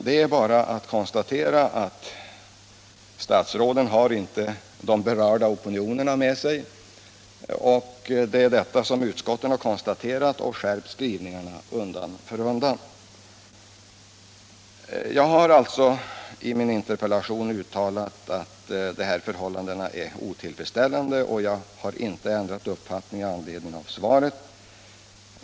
Det är bara att konstatera att statsråden inte har de berörda opinionerna med sig. Utskotten har tydligen konstaterat detta och skärpt skrivningarna undan för undan. I min interpellation har jag alltså uttalat att dessa förhållanden är otillfredsställande, och jag har inte ändrat uppfattning med anledning av svaret.